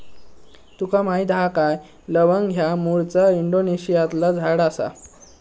तुका माहीत हा काय लवंग ह्या मूळचा इंडोनेशियातला झाड आसा